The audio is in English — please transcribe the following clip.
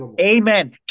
Amen